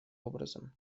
образом